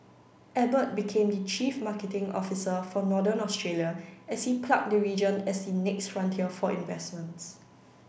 Abbott became the chief marketing officer for Northern Australia as he plugged the region as the next frontier for investments